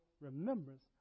remembrance